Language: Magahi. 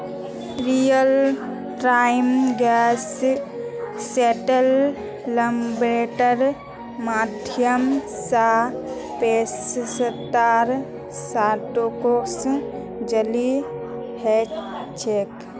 रियल टाइम ग्रॉस सेटलमेंटेर माध्यम स पैसातर ट्रांसैक्शन जल्दी ह छेक